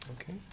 Okay